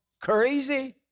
crazy